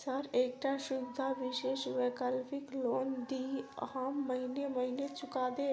Sir एकटा सुविधा विशेष वैकल्पिक लोन दिऽ हम महीने महीने चुका देब?